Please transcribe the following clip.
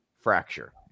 fracture